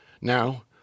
Now